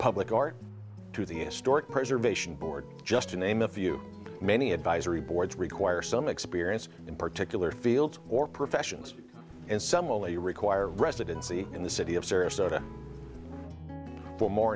public art to the historic preservation board just to name a few many advisory boards require some experience in particular fields or professions and some only require residency in the city of sarasota but more